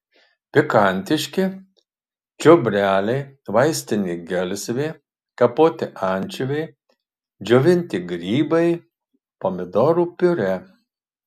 pikantiški čiobreliai vaistinė gelsvė kapoti ančiuviai džiovinti grybai pomidorų piurė